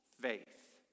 faith